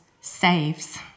saves